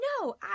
no